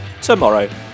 tomorrow